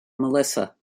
melissa